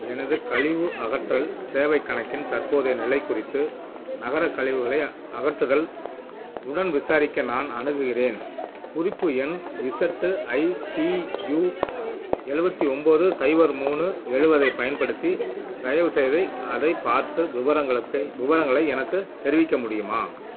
எனது கழிவு அகற்றல் சேவைக் கணக்கின் தற்போதைய நிலை குறித்து நகரக் கழிவுகளை அகற்றுதல் உடன் விசாரிக்க நான் அணுகுகிறேன் குறிப்பு எண் இசட்டுஐடியு எழுவத்தி ஒம்பது சைபர் மூணு எழுபதைப் பயன்படுத்தி தயவுசெய்து அதைப் பார்த்து விவரங்களுக்கு விவரங்களை எனக்குத் தெரிவிக்க முடியுமா